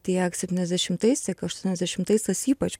tiek septyniasdešimtais tiek aštuoniasdešimtais tas ypač